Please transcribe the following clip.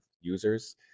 users